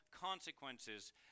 consequences